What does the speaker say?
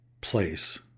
place